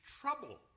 trouble